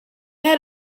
had